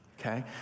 Okay